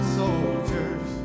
soldiers